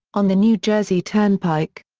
on the new jersey turnpike.